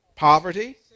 Poverty